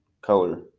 color